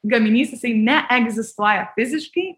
gaminys jisai neegzistuoja fiziškai